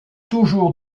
toujours